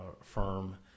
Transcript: firm